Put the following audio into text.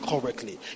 correctly